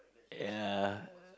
ya